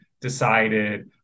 decided